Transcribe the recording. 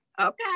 Okay